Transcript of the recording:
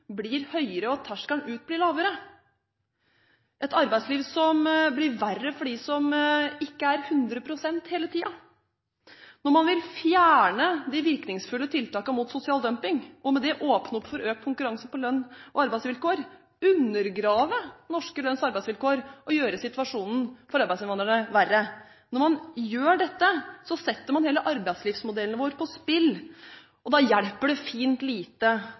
blir høyere, og at terskelen ut blir lavere, et arbeidsliv som blir verre for dem som ikke er 100 pst. hele tiden. Når man vil fjerne de virkningsfulle tiltakene mot sosial dumping, og med det åpne opp for økt konkurranse på lønn og arbeidsvilkår, undergrave norske lønns- og arbeidsvilkår og gjøre situasjonen for arbeidsinnvandrerne verre, setter man hele arbeidslivsmodellen vår på spill, og da hjelper det fint lite